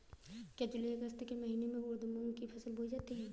क्या जूलाई अगस्त के महीने में उर्द मूंग की फसल बोई जाती है?